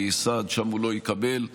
כי סעד הוא לא יקבל שם.